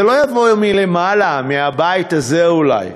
זה לא יבוא מלמעלה, מהבית הזה אולי,